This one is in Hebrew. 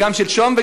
וגם שלשום,